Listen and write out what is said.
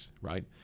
right